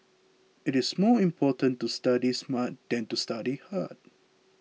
it is more important to study smart than to study hard